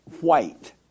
white